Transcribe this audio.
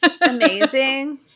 amazing